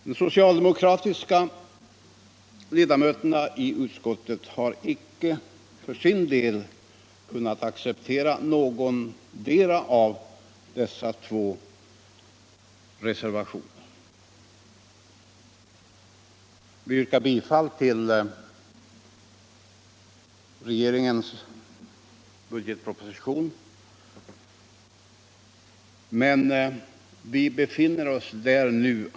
De socialdemokratiska ledamöterna av utskottet har icke kunnat acceplera någondera av dessa båda reservationer. Vi tillstyrker regeringens förslag i budgetpropositionen.